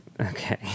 Okay